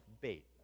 bait